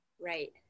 Right